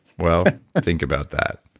well think about that